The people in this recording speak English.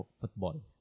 football